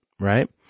right